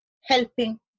helping